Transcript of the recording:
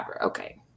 Okay